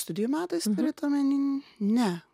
studijų metais turit omeny ne